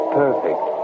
perfect